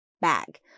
bag